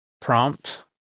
prompt